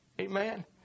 Amen